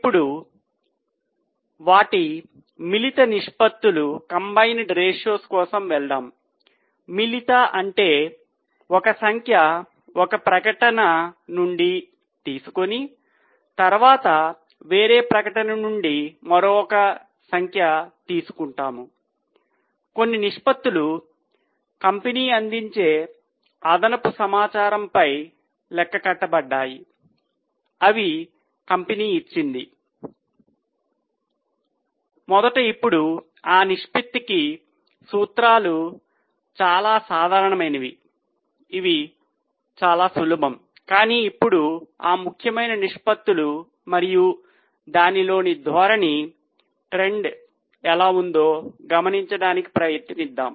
ఇప్పుడు వారి మిలిత నిష్పత్తుల ఎలా ఉందో గమనించడానికి ప్రయత్నిద్దాం